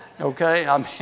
Okay